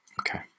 Okay